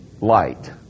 light